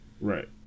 Right